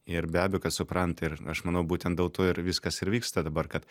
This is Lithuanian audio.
ir be abejo kad supranta ir aš manau būtent dėl to ir viskas ir vyksta dabar kad